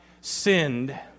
sinned